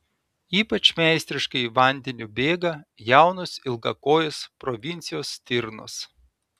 ypač meistriškai vandeniu bėga jaunos ilgakojės provincijos stirnos